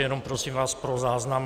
Jenom prosím vás pro záznam.